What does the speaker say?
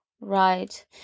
right